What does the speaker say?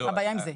מה הבעיה עם זה?